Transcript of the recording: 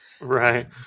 Right